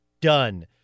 done